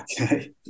Okay